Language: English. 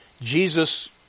Jesus